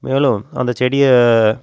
மேலும் அந்த செடியை